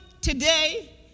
today